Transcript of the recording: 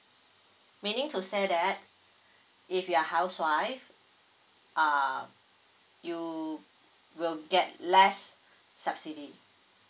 meaning to say that if you are housewife uh you will get less subsidy